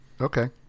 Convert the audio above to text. Okay